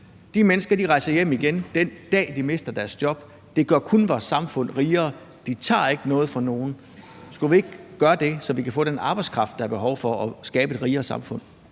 De mennesker rejser hjem igen den dag, de mister deres job. Det gør kun vores samfund rigere. De tager ikke noget fra nogen. Skulle vi ikke gøre det, så vi kan få den arbejdskraft, der er behov for, og skabe et rigere samfund?